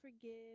forgive